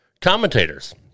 commentators